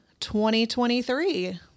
2023